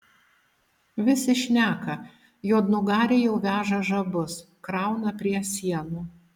visi šneka juodnugariai jau veža žabus krauna prie sienų